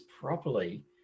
properly